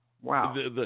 Wow